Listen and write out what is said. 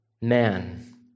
man